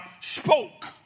spoke